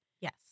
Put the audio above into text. Yes